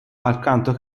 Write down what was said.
alquanto